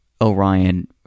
orion